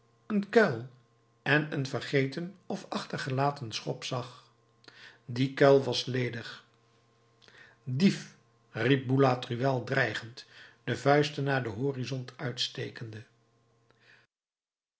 een kuil en een vergeten of achtergelaten schop zag die kuil was ledig dief riep boulatruelle dreigend de vuisten naar den horizont uitstekende